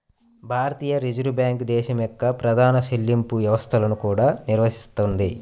భారతీయ reserve bank దేశం యొక్క ప్రధాన చెల్లింపు వ్యవస్థలను కూడా నిర్వహిస్తుంది